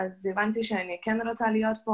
אני מתרשם מאוד וגאה בטיפול שלנו בחיילים הבודדים.